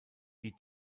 die